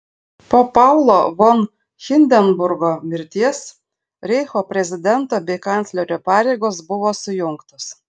po paulo von hindenburgo mirties reicho prezidento bei kanclerio pareigos buvo sujungtos